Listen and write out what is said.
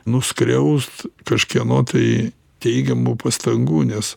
nuskriaust kažkieno tai teigiamų pastangų nes